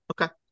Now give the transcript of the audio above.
Okay